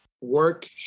work